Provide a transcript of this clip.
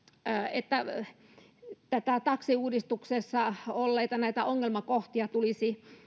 että näitä taksiuudistuksessa olleita ongelmakohtia tulisi